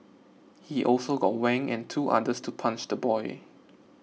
he also got Wang and two others to punch the boy